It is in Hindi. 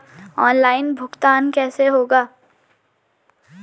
ऑनलाइन भुगतान कैसे होगा?